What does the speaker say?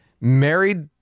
married